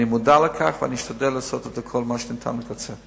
אני מודע לכך ואני אשתדל לעשות את כל מה שניתן כדי לקצר.